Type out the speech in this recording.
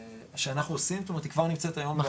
שאנחנו עושים, זאת אומרת היא כבר נמצאת היום.